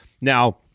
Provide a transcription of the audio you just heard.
now